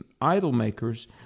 idol-makers